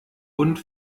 und